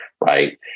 right